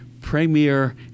premier